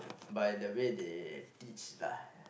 by the way they teach lah